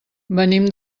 venim